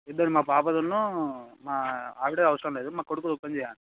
ఇద్దరు మా పాపదున్నూ మా ఆవిడ అవసరం లేదు మా కొడుకుది ఒక్కనిది చేయండి